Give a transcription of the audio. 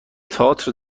تئاتر